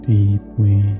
Deeply